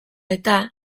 eta